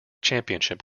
championship